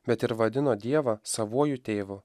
bet ir vadino dievą savuoju tėvu